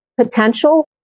potential